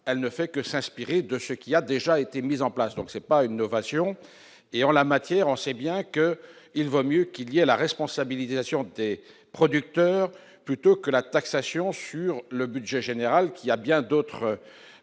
elle ne fait que s'inspirer de ce qui a déjà été mis en place, donc c'est pas une novation et en la matière, on sait bien que il vaut mieux qu'il y a la responsabilisation des producteurs plutôt que la taxation sur le budget général, qu'il y a bien d'autres